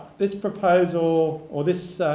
this proposal or this